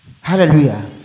Hallelujah